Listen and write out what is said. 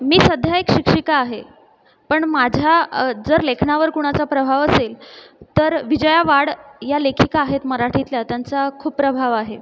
मी सध्या एक शिक्षिका आहे पण माझ्या जर लेखनावर कोणाचा प्रभाव असेल तर विजया वाड या लेखिका आहेत मराठीतल्या त्यांचा खूप प्रभाव आहे